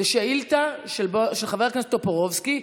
זו שאילתה של חבר הכנסת טופורובסקי,